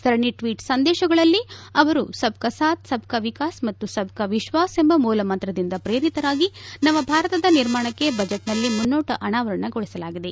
ಸರಣಿ ಟ್ವೀಟ್ ಸಂದೇಶಗಳಲ್ಲಿ ಅವರು ಸಬ್ ಕಾ ಸಾತ್ ಸಬ್ ಕಾ ವಿಕಾಸ್ ಮತ್ತು ಸಬ್ ಕಾ ವಿಶ್ವಾಸ್ ಎಂಬ ಮೂಲ ಮಂತ್ರದಿಂದ ಪ್ರೇರಿತರಾಗಿ ನವಭಾರತದ ನಿರ್ಮಾಣಕ್ಕೆ ಬಜೆಟ್ನಲ್ಲಿ ಮುನ್ನೋಟ ಅನಾವರಣಗೊಳಿಸಲಾಗಿದೆ